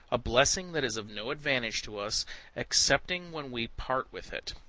a blessing that is of no advantage to us excepting when we part with it.